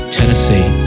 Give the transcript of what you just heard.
Tennessee